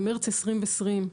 במרץ 2020,